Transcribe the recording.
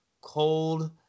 cold